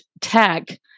tech